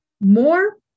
More